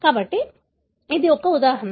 కాబట్టి ఇది ఒక ఉదాహరణ